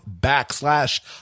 backslash